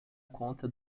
conta